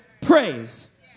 praise